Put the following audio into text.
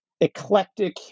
eclectic